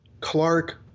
Clark